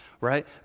right